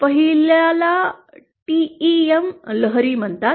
पहिल्या ला टेम लहरी म्हणतात